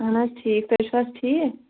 اَہَن حظ ٹھیٖک تُہۍ چھُو حظ ٹھیٖک